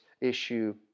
issue